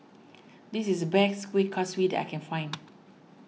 this is the best Kueh Kaswi that I can find